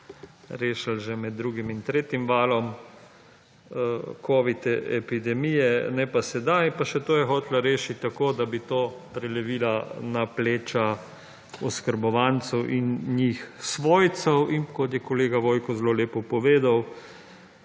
rešili že med drugim in tretjim valom covid epidemije ne pa sedaj pa še to je hotela rešiti tako, da bi prelevila na pleča oskrbovancev in njih svojcev in kot je kolega Vojko zelo lepo povedal,